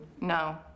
No